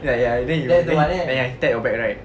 ya ya then he then he tap back right